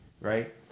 right